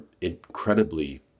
incredibly